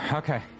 okay